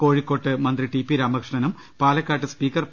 കോഴിക്കോട്ട് മന്ത്രി T P രാമകൃഷ്ണനും പാലക്കാട്ട് സ്പീക്കർ പി